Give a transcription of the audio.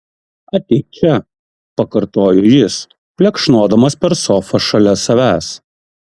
ateik čia pakartojo jis plekšnodamas per sofą šalia savęs